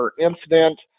incident